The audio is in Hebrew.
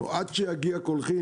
או עד שיגיע קולחין,